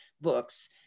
books